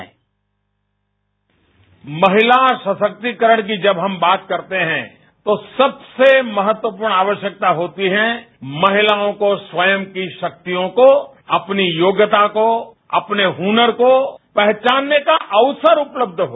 sound bite महिला सशक्तिकरण की जब हम बात करते हैं तो सबसे महत्वपूर्ण आवश्यकता होती हैमहिलाओं को स्वयं की शक्तियों को अपनीयोग्यता को अपने हनर को पहचानने काअवसर उपलब्ध हो